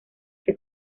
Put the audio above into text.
que